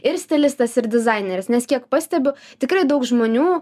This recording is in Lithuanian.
ir stilistas ir dizaineris nes kiek pastebiu tikrai daug žmonių